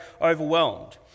overwhelmed